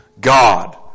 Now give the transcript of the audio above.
God